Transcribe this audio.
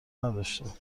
نداشتم